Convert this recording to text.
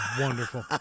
wonderful